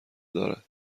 دارد